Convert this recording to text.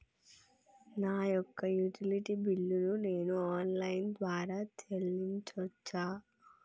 నా యొక్క utility bill ను నేను ఆన్ లైన్ ద్వారా చెల్లించొచ్చా?